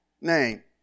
name